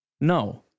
No